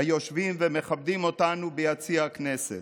היושבים ומכבדים אותנו ביציע הכנסת.